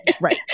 Right